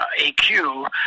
AQ